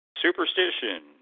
superstition